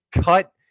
cut